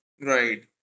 Right